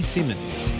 Simmons